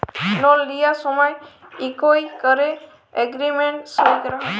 লল লিঁয়ার সময় ইকট ক্যরে এগ্রীমেল্ট সই ক্যরা হ্যয়